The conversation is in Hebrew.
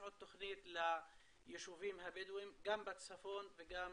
עוד תוכנית ליישובים הבדואים גם בצפון וגם